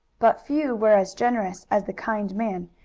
but few were as generous as the kind man,